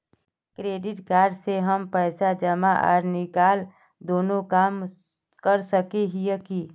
Credit card से हम पैसा जमा आर निकाल दोनों कर सके हिये की?